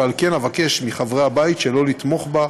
ולכן אבקש מחברי הבית שלא לתמוך בה.